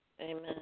Amen